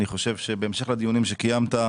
אני חושב בהמשך לדיונים שקיימת,